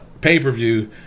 pay-per-view